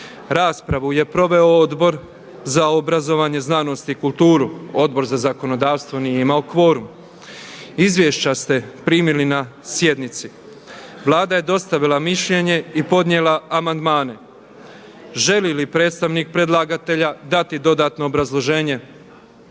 Raspravu je proveo Odbor za obrazovanje, znanost i kulturu. Odbor za zakonodavstvo nije imalo kvorum. Izvješća ste primili na sjednici. Vlada je dostavila mišljenje i podnijela amandmane. Želi li predstavnik predlagatelja dati dodatno obrazloženje?